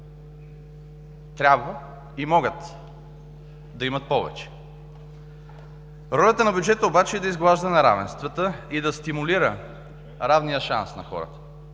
трябва и могат да имат повече. Ролята на бюджета обаче е да изглажда неравенствата и да стимулира равния шанс на хората.